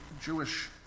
Jewish